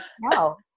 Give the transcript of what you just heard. no